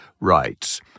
rights